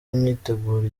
imyiteguro